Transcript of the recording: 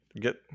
get